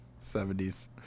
70s